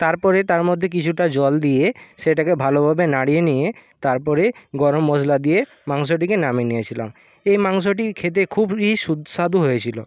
তার পরে তার মধ্যে কিছুটা জল দিয়ে সেটাকে ভালোভাবে নাড়িয়ে নিয়ে তার পরে গরম মশলা দিয়ে মাংসটিকে নামিয়ে নিয়েছিলাম এই মাংসটি খেতে খুবই সুস্বাদু হয়েছিল